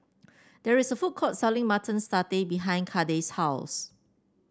there is a food court selling Mutton Satay behind Kade's house